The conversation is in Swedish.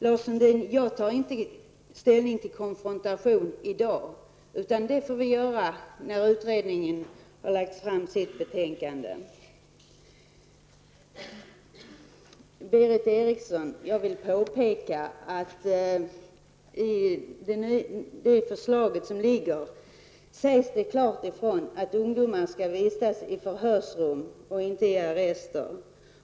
Lars Sundin, jag tar inte ställning till konfrontation i dag. Det får vi göra när utredningen har lagt fram sitt betänkande. Jag vill påpeka för Berith Eriksson att det i det föreliggande förslaget klart sägs ifrån att ungdomar skall vistas i förhörsrum och inte i arrester.